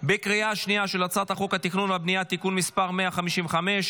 בקריאה השנייה על הצעת חוק התכנון והבנייה (תיקון מס' 155),